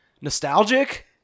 nostalgic